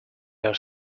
your